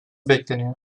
bekleniyor